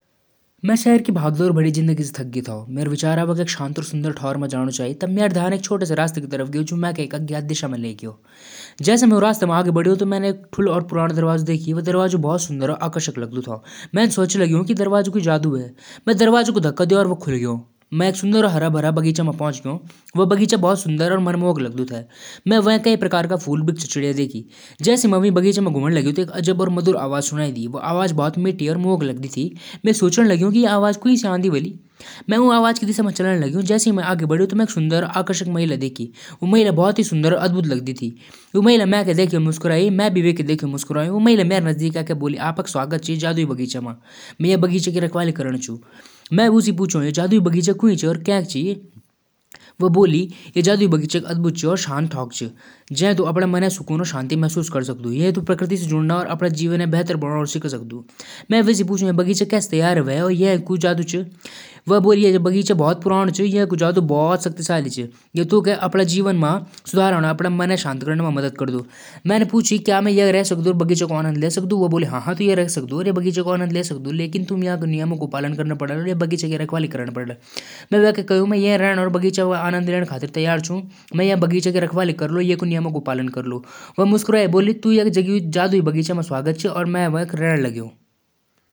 लॉटरी जितण पर म पैसाक उपयोग समझदारी स करदु। कुछ पैसा गरीब और जरूरतमंद लोगन स मदद करण म लगादु। अपणा बच्चों क पढ़ाई म लगाण स उनकी जिंदगी सुधार सकदु। थोड़ा पैसा बैंक म रखदु भविष्य क लिए।